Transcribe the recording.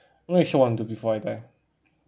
not really sure what I want to do before I die